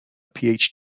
phd